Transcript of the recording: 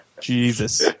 Jesus